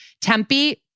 Tempe